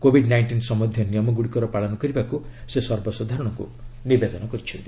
Covid nineteen ସମ୍ଭନ୍ଧୀୟ ନିୟମ ଗୁଡ଼ିକର ପାଳନ କରିବାକୁ ସେ ସର୍ବସାଧାରଣଙ୍କୁ ନିବେଦନ କରିଛନ୍ତି